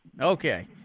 Okay